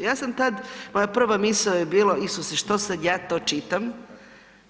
Ja sam tad, moja prva misao je bila Isuse što sad ja to čitam,